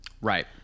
Right